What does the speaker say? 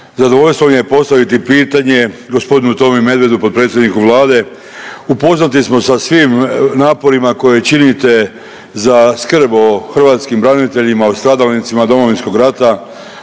zadovoljstvo mi je postaviti pitanje gospodinu Tomi Medvedu potpredsjedniku vlade. Upoznati smo sa svim naporima koje činite za skrb o hrvatskim braniteljima o stradalnicima Domovinskog rata.